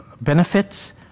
benefits